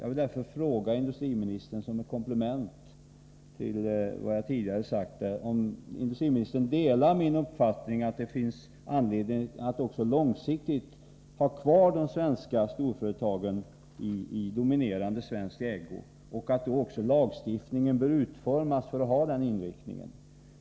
Jag vill därför, som ett komplement till vad jag tidigare har sagt, fråga om industriministern delar min uppfattning att det finns skäl att också långsiktigt ha kvar ett dominerande svenskt ägarinflytande i de svenska storföretagen och att lagstiftningen bör utformas med den inriktningen.